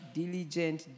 diligent